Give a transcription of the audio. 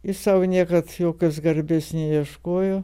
jis sau niekad jokios garbės neieškojo